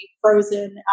frozen